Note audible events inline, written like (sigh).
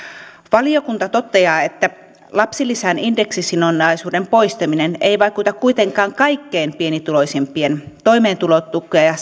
valiokunta toteaa että lapsilisän indeksisidonnaisuuden poistaminen ei vaikuta kuitenkaan kaikkein pienituloisimpien toimeentulotukea (unintelligible)